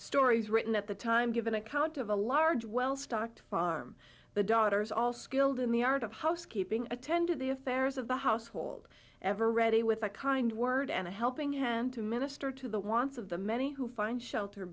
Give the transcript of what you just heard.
stories written at the time given account of a large well stocked farm the daughters all skilled in the art of housekeeping attend to the affairs of the household ever ready with a kind word and a helping hand to minister to the wants of the many who find shelter